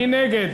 מי נגד?